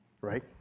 Right